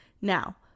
Now